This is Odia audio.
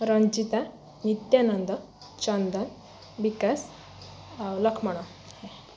ରଞ୍ଜିତା ନିତ୍ୟାନନ୍ଦ ଚନ୍ଦନ ବିକାଶ ଆଉ ଲକ୍ଷ୍ମଣ